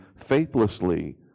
faithlessly